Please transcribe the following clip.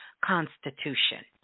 constitution